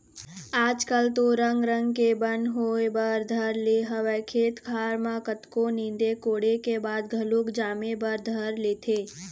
आज कल तो रंग रंग के बन होय बर धर ले हवय खेत खार म कतको नींदे कोड़े के बाद घलोक जामे बर धर लेथे